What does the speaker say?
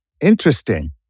Interesting